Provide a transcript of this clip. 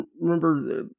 remember